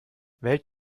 wählt